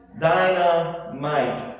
Dynamite